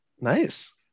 Nice